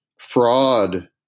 fraud